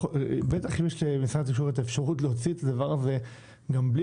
בטח אם יש למשרד התקשורת את האפשרות להוציא את הדבר הזה גם בלי